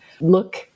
look